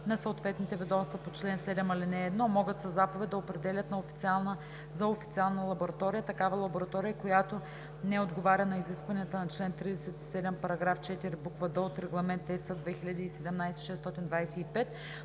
на съответните ведомства по чл. 7, ал. 1 могат със заповед да определят за официална лаборатория такава лаборатория, която не отговаря на изискванията на чл. 37, параграф 4, буква „д“ от Регламент (ЕС) 2017/625,